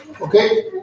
Okay